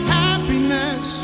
happiness